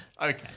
Okay